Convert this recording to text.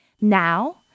Now